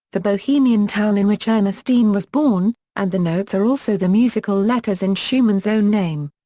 the bohemian town in which ernestine was born, and the notes are also the musical letters in schumann's own name.